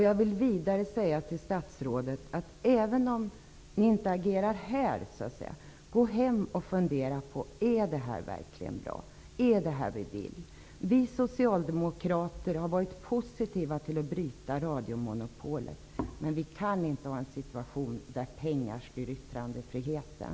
Jag vill vidare säga till statsrådet att hon, även om hon inte agerar nu, skall gå hem och fundera på om detta verkligen är bra och om detta är vad hon vill. Vi socialdemokrater har varit positiva till att bryta radiomonopolet, men vi kan inte ha en situation där pengar styr yttrandefriheten.